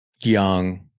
young